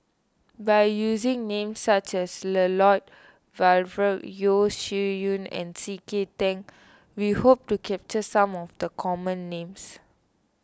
by using names such as Lloyd Valberg Yeo Shih Yun and C K Tang we hope to capture some of the common names